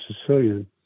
Sicilian